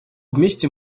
вместе